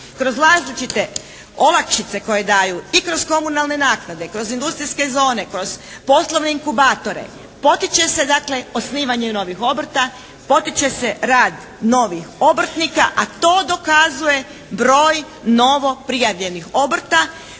različite olakšice koje daju i kroz komunalne naknade, kroz industrijske zone, kroz poslove inkubatore potiče se dakle osnivanje novih obrta, potiče se rad novih obrtnika, a to dokazuje broj novoprijavljenih obrta